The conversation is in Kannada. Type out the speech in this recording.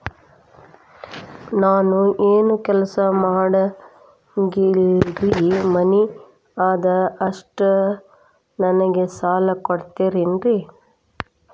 ನಾನು ಏನು ಕೆಲಸ ಮಾಡಂಗಿಲ್ರಿ ಮನಿ ಅದ ಅಷ್ಟ ನನಗೆ ಸಾಲ ಕೊಡ್ತಿರೇನ್ರಿ?